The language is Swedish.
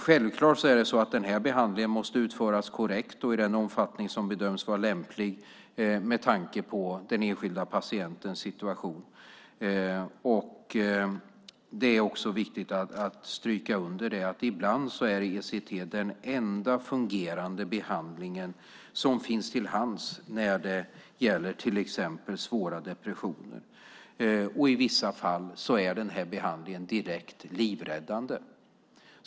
Behandlingen måste självfallet utföras korrekt och i den omfattning som bedöms vara lämplig med tanke på den enskilda patientens situation. Det är också viktigt att stryka under att ECT ibland är den enda fungerande behandling som finns till hands när det gäller till exempel svåra depressioner. I vissa fall är den behandlingen direkt livräddande.